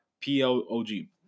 P-L-O-G